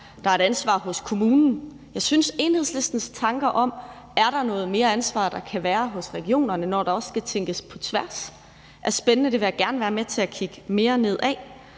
der er et ansvar hos kommunen. Jeg synes, Enhedslistens tanker om, om der kan være noget mere ansvar hos regionerne, når der også skal tænke på tværs, er spændende, og det vil jeg gerne være med til at kigge mere på.